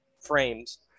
frames